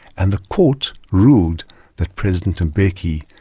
and the court ruled that president mbeki,